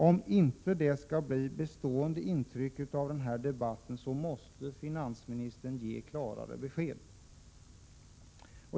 Om inte detta skall bli det bestående intrycket av denna debatt måste finansministern ge klarare besked.